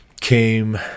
came